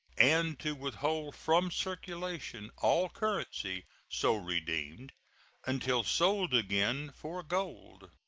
and to withhold from circulation all currency so redeemed until sold again for gold.